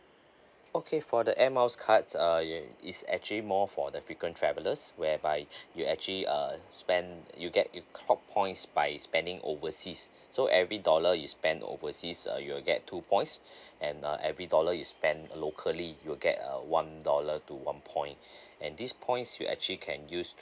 okay for the air miles cards uh is actually more for the frequent travellers whereby you actually uh spent you get you clock points by spending overseas so every dollar you spend overseas uh you'll get two points and uh every dollar you spend uh locally you'll get uh one dollar to one point and these points you actually can use